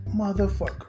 Motherfucker